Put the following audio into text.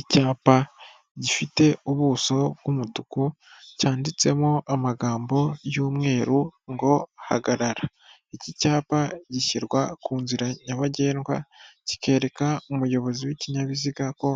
Icyapa gifite ubuso bw'umutuku, cyanditsemo amagambo y'umweru ngo: " Hagarara." Iki cyapa gishyirwa ku nzira nyabagendwa, kikereka umuyobozi w'ikinyabiziga ko